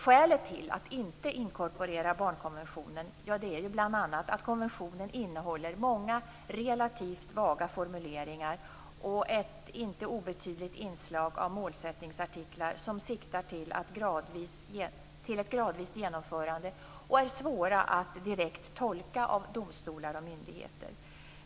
Skälet till att inte inkorporera barnkonventionen är bl.a. att konventionen innehåller många relativt vaga formuleringar och ett inte obetydligt inslag av målsättningsartiklar som siktar till ett gradvist genomförande och är svåra att direkt tolka av domstolar och myndigheter.